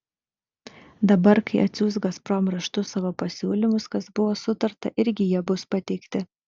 dabar kai atsiųs gazprom raštu savo pasiūlymus kas buvo sutarta irgi jie bus pateikti